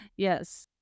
Yes